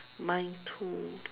mine too